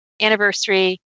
anniversary